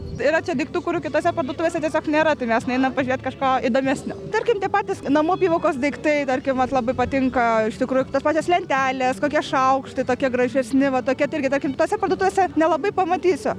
yra čia daiktų kurių kitose parduotuvėse tiesiog nėra tai mes nueinam pažiūrėt kažko įdomesnio tarkim tie patys namų apyvokos daiktai tarkim vat labai patinka iš tikrųjų tos pačios lentelės kokie šaukštai tokie gražesni va tokie tai irgi tarkim kitose parduotuvėse nelabai pamatysiu